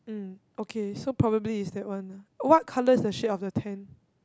mm okay so probably it's that one lah what colour is the shade of the tent